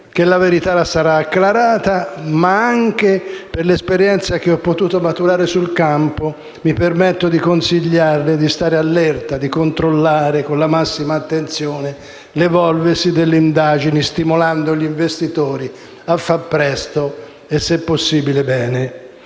che la verità sarà acclarata, ma, anche per l'esperienza che ho potuto maturare sul campo, mi permetto di consigliarle di stare all'erta, di controllare con la massima attenzione l'evolversi delle indagini stimolando gli investigatori a fare presto e se possibile bene.